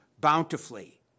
bountifully